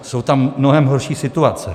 Jsou tam mnohem horší situace.